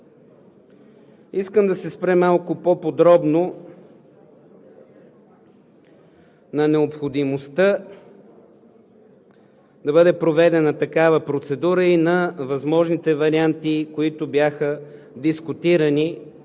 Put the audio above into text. Искам да се спра малко по-подробно на необходимостта да бъде проведена такава процедура и на възможните варианти, които бяха дискутирани